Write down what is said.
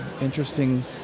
interesting